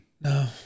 No